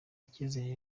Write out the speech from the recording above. icyizere